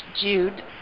Jude